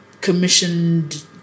commissioned